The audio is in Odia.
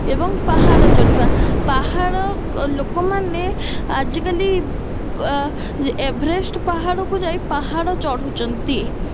ଏବଂ ପାହାଡ଼ ଚଢ଼ିବା ପାହାଡ଼ ଲୋକମାନେ ଆଜିକାଲି ଏଭ୍ରେଷ୍ଟ୍ ପାହାଡ଼କୁ ଯାଇ ପାହାଡ଼ ଚଢ଼ୁଛନ୍ତି